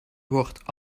wordt